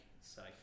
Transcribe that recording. safe